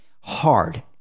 hard